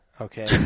Okay